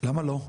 למה לא?